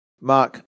Mark